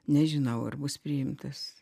nežinau ar bus priimtas